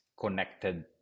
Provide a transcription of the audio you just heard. connected